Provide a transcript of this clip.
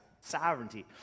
sovereignty